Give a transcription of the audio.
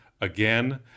again